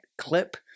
clip